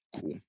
Cool